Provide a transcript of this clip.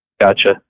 Gotcha